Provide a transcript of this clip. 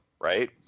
right